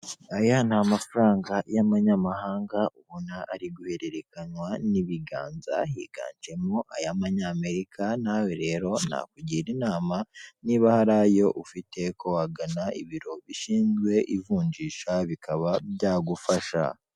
Aya ni mafaranga y'abanyamahanga ubona ari guhererekanywa n'ibiganza higanjemo ay'abanyamerika nawe rero nakugira inama niba hari ayo ufite kowagana ibiro bishinzwe ivunjisha bikaba byagufasha.